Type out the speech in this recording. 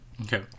Okay